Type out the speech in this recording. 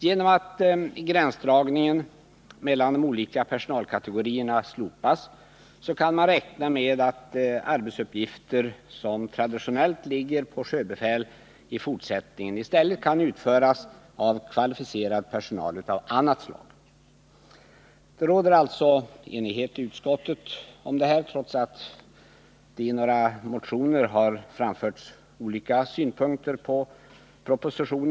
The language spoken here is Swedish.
Genom att gränsdragningen mellan de olika personalkategorierna slopas kan man räkna med att arbetsuppgifter som traditionellt ligger på sjöbefäl i fortsättningen i stället kan utföras av kvalificerad personal av annat slag. Det råder alltså enighet i utskottet om detta. I några motioner har emellertid olika synpunkter framförts på propositionen.